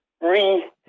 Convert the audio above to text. re